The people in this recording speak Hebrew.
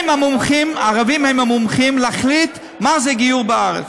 הערבים הם המומחים להחליט מה זה גיור בארץ.